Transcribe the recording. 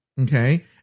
Okay